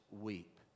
weep